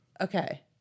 Okay